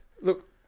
Look